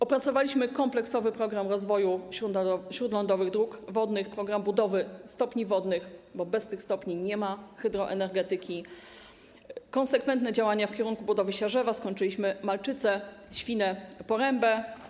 Opracowaliśmy kompleksowy program rozwoju śródlądowych dróg wodnych, program budowy stopni wodnych, bo bez tych stopni nie ma hydroenergetyki - konsekwentne działania w kierunku budowy Siarzewa, skończyliśmy Malczyce, Świnną Porębę.